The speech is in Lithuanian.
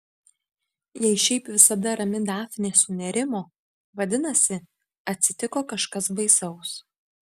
jei šiaip visada rami dafnė sunerimo vadinasi atsitiko kažkas baisaus